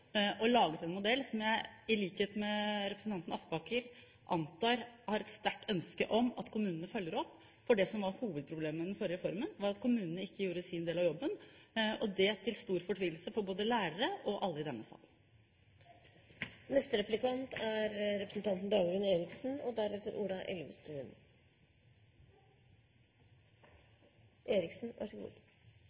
og laget en modell som jeg – jeg antar i likhet med representanten Aspaker – har et sterkt ønske om at kommunene følger opp. Det som var hovedproblemet med den forrige reformen, var at kommunene ikke gjorde sin del av jobben, og det til stor fortvilelse for både lærere og alle i denne sal. Jeg vet ikke om representanten